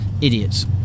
idiots